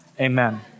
Amen